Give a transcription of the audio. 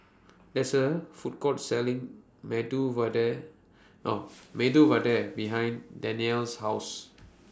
There IS A Food Court Selling Medu Vada Medu Vada behind Danyel's House